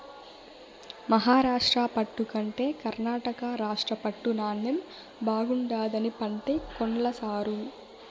మహారాష్ట్ర పట్టు కంటే కర్ణాటక రాష్ట్ర పట్టు నాణ్ణెం బాగుండాదని పంటే కొన్ల సారూ